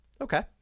Okay